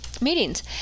meetings